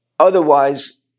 Otherwise